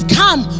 come